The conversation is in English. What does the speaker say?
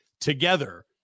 together